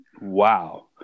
Wow